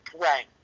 Right